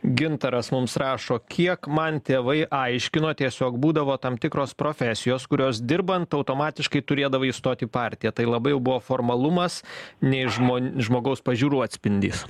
gintaras mums rašo kiek man tėvai aiškino tiesiog būdavo tam tikros profesijos kurios dirbant automatiškai turėdavai įstot į partiją tai labai jau buvo formalumas nei žmon žmogaus pažiūrų atspindys